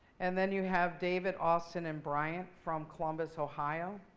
and then, you have david, austin, and bryant from columbus, ohio.